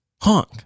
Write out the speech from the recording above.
honk